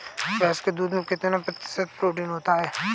भैंस के दूध में कितना प्रतिशत प्रोटीन होता है?